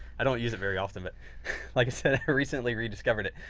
i don't use it very often, but like i said, i recently rediscovered it,